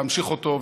להמשיך אותו,